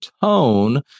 tone